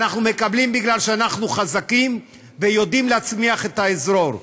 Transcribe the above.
אנחנו מקבלים כי אנחנו חזקים ויודעים להצמיח את האזור.